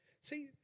See